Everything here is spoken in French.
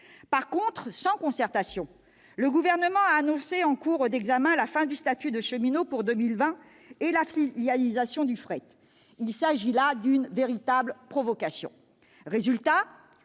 annoncé, sans concertation, au cours de l'examen du texte, la fin du statut de cheminot pour 2020 et la filialisation du fret. Il s'agit là d'une véritable provocation.